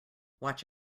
watch